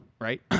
right